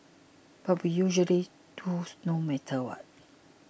but we usually does no matter what